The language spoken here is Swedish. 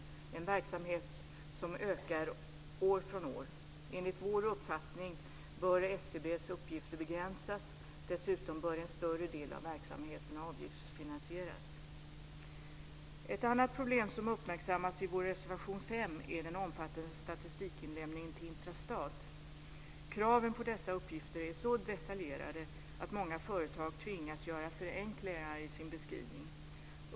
Det är en verksamhet som ökar år för år. Enligt vår uppfattning bör SCB:s uppgifter begränsas. Dessutom bör en större del av verksamheten avgiftsfinansieras. Ett annat problem som uppmärksammas i vår reservation 5 är den omfattande statistikinlämningen till Intrastat. Kraven på dessa uppgifter är så detaljerade att många företag tvingas göra förenklingar i sin beskrivning.